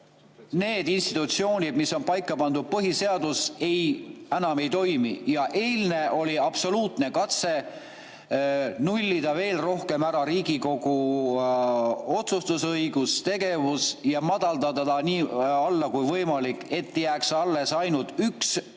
nende institutsioonide puhul, mis on paika pandud, põhiseadus enam ei toimi. Eilne oli absoluutne katse nullida veel rohkem ära Riigikogu otsustusõigus, tegevus ja madaldada ta nii alla kui võimalik, et jääks alles ainult üks